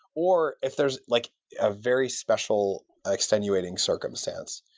or if there's like a very special extenuating circumstance.